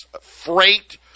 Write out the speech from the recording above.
freight